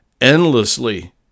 endlessly